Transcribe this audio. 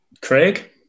Craig